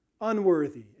Unworthy